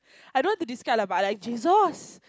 I don't want to describe lah but I like Jesus